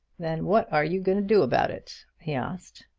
then what are you going to do about it? he asked.